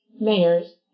mayors